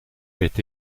est